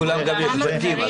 לא לכולם גם יש בתים.